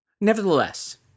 Nevertheless